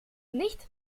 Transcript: nicht